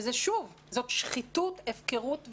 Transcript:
שוב, זאת שחיתות, הפקרות ושערורייה.